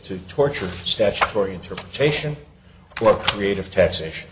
to torture statutory interpretation for creative taxation